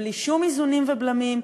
בלי שום איזונים ובלמים,